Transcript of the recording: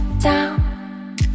down